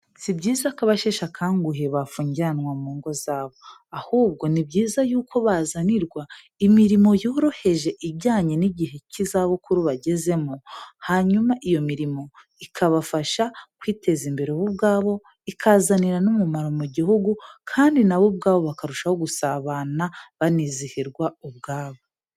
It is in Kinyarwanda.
Si byiza ko abasheshe akanguhe bafungiranwa mu ngo zabo, ahubwo ni byiza yuko bazanirwa imirimo yoroheje ijyanye n'igihe cy'izabukuru bagezemo, hanyuma iyo mirimo ikabafasha kwiteza imbere bo ubwabo, ikazanira n'umumaro mu gihugu kandi nabo ubwabo bakarushaho gusabana, banizihirwa ubwabo.